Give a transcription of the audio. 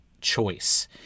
choice